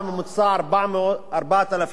4,400 שקל,